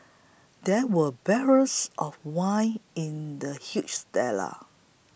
there were barrels of wine in the huge stellar